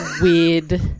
weird